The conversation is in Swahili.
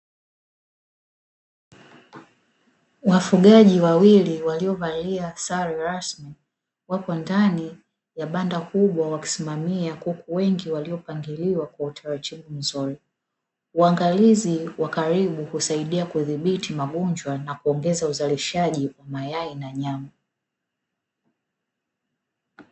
Wafugaji wawili waliovalia sare rasmi, wako ndani ya banda kubwa wakisimamia kuku wengi waliopangiliwa kwa utaratibu mzuri. Uangalizi wa karibu husaidia kudhibiti magonjwa na kuongeza uzalishaji wa mayai na nyama.